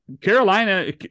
Carolina